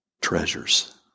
Treasures